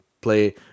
play